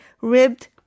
ribbed